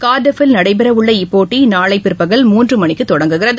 Cardiff யில் நடைபெறவுள்ள இப்போட்டி நாளை பிற்பகல் மூன்று மணிக்கு தொடங்குகிறது